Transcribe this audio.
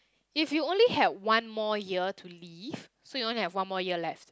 if you only had one more year to live so you only have one more year left